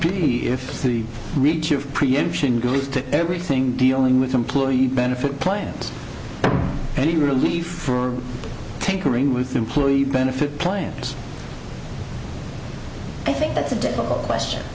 be if the reach of preemption gets to everything dealing with employee benefit plans any relief for take uring with employee benefit plans i think that's a difficult question